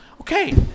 Okay